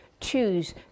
choose